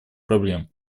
проблем